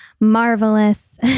marvelous